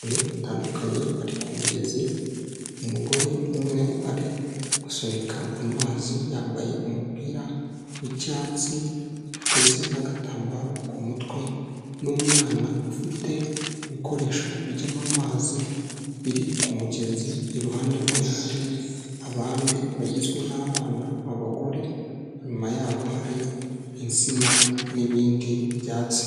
Abahungu batandukanye bari ku mugezi, umugore umwe ari gusunika amazi yambaye umupira w'icyatsi yateze n'agatambaro ku mutwe n'umwana ufite ibikoresho bijyamo amazi biri ku mugezi. Iruhande rwe hari abandi bagizwe n'abana, abagore inyuma yabo hari insina nibindi byatsi.